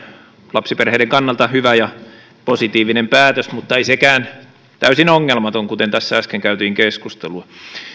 lapsiperheiden kannalta hyvä ja positiivinen päätös mutta ei sekään täysin ongelmaton kuten tässä äsken käytiin keskustelua